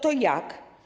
To jak?